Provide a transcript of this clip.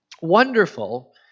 wonderful